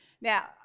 Now